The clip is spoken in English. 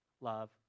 love